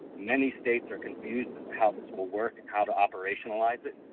many states are confused as to how this will work and how to operationalize it.